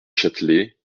châtelet